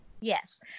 Yes